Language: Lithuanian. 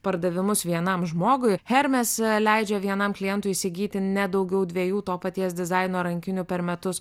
pardavimus vienam žmogui hermes leidžia vienam klientui įsigyti ne daugiau dviejų to paties dizaino rankinių per metus